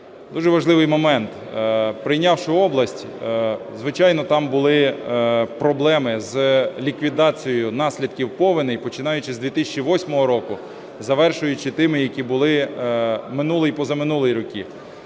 дуже важливий момент. Прийнявши область, звичайно, там були проблеми з ліквідацією наслідків повеней, починаючи з 2008 року і завершуючи тими, які були минулі і позаминулі роки.